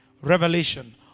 revelation